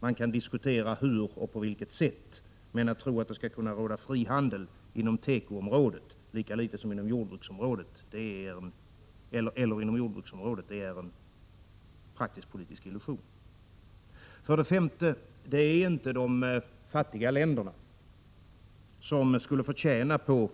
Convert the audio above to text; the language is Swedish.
Man kan diskutera hur och på vilket sätt de skall utformas, men att tro att det skall kunna råda frihandel inom detta område eller inom jordbruksområdet är en praktisk-politisk illusion. För det femte: Det är inte de fattiga länderna som skulle tjäna på